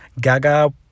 Gaga